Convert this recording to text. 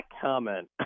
comment